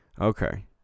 Okay